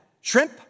shrimp